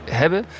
hebben